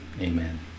Amen